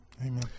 Amen